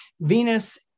Venus